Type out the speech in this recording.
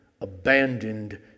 abandoned